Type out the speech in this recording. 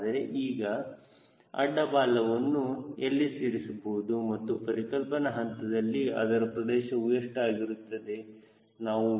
ಹಾಗಾದರೆ ಈಗ ಅಡ್ಡ ಬಾಲವನ್ನು ಎಲ್ಲಿ ಸೇರಿಸಬಹುದು ಮತ್ತು ಪರಿಕಲ್ಪನ ಹಂತದಲ್ಲಿ ಅದರ ಪ್ರದೇಶವು ಎಷ್ಟು ಇರುತ್ತದೆ